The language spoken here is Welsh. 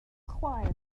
chwaer